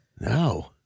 No